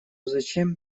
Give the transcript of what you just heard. зачем